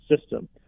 system